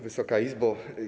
Wysoka Izbo!